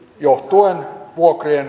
juotuaan vuokrien